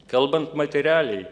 kalbant materialiai